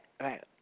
right